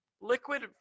Liquid